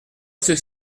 ceux